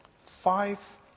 Five